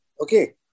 Okay